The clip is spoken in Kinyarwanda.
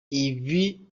ibi